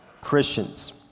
Christians